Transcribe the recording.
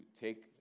take